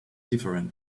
different